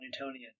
Newtonian